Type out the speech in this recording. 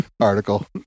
article